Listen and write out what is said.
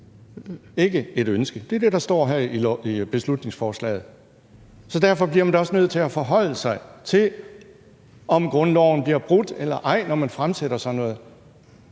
som et ønske. Det er det, der står her i beslutningsforslaget. Så derfor bliver man da også nødt til at forholde sig til, om grundloven bliver brudt eller ej, når man fremsætter sådan noget.